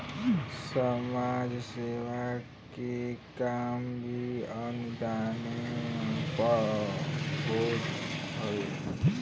समाज सेवा के काम भी अनुदाने पअ होत हवे